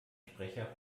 sprecher